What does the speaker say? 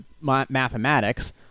mathematics